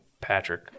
Patrick